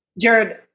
Jared